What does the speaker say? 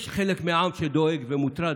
יש חלק מהעם שדואג ומוטרד,